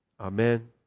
Amen